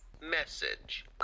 message